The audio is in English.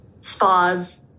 spas